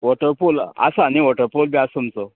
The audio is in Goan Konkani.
वॉरपूल आसा न्हय वॉटरपूल बी आसा तुमचो